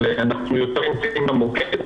אז אנחנו יותר עומדים במוקד.